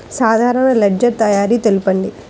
సాధారణ లెడ్జెర్ తయారి తెలుపండి?